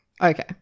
Okay